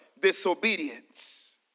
Disobedience